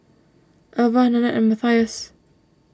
Alvah Nanette and Mathias